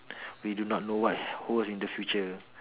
we do not know what who's in the future